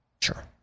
sure